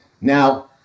Now